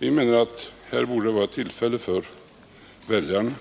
Vi menar att det borde finnas tillfällen för väljaren